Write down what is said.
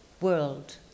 world